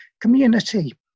community